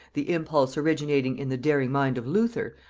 the impulse originating in the daring mind of luther,